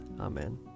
Amen